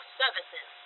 services